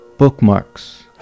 Bookmarks